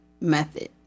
method